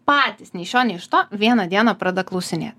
patys nei iš šio nei iš to vieną dieną prada klausinėt